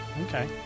Okay